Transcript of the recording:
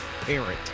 parent